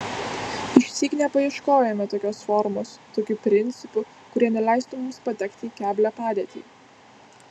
išsyk nepaieškojome tokios formos tokių principų kurie neleistų mums patekti į keblią padėtį